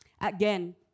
again